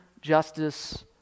justice